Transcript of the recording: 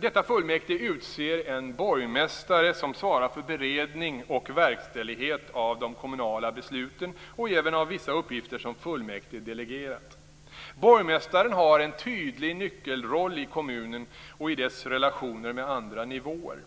Detta fullmäktige utser en borgmästare, som svarar för beredning och verkställighet av de kommunala besluten och även av vissa uppgifter som fullmäktige delegerat. Borgmästaren har en tydlig nyckelroll i kommunen och i dess relationer med andra nivåer.